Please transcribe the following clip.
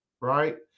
right